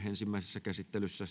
ensimmäisessä käsittelyssä